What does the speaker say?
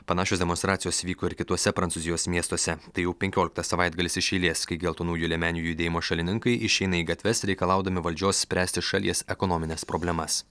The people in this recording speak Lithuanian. panašios demonstracijos vyko ir kituose prancūzijos miestuose tai jau penkioliktas savaitgalis iš eilės kai geltonųjų liemenių judėjimo šalininkai išeina į gatves reikalaudami valdžios spręsti šalies ekonomines problemas